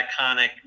iconic